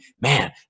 man